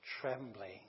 trembling